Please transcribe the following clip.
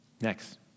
Next